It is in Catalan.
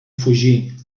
fugir